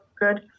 good